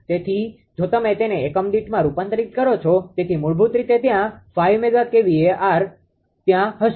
તેથી જો તમે તેને એકમ દીઠમાં રૂપાંતરિત કરો છો તેથી મૂળભૂત રીતે ત્યાં 5 મેગા VAr ત્યાં હશે